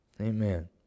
Amen